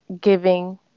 giving